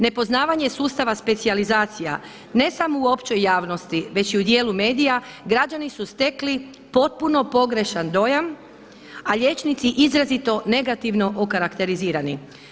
Nepoznavanje sustava specijalizacija, ne samo u općoj javnosti već i u dijelu medija građani su stekli potpuno pogrešan dojam a liječnici izuzetno negativno okarakterizirani.